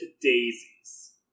daisies